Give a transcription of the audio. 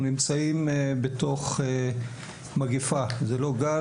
אנחנו נמצאים בתוך מגיפה זה לא גל,